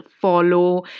follow